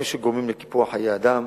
הם שגורמים לקיפוח חיי אדם,